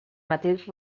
mateix